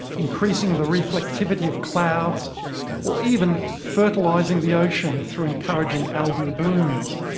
increasing the reflectivity of clouds or even fertilising the oceans through encouraging algal blooms.